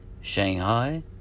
Shanghai